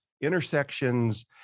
intersections